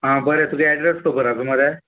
आं बरें तुगे एड्रेस खबर आसा मरे